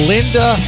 Linda